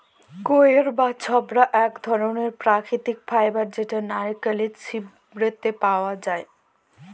কইর বা ছবড়া এক ধরনের প্রাকৃতিক ফাইবার যেটা নারকেলের ছিবড়েতে পাওয়া যায়